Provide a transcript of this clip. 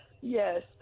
yes